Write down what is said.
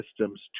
systems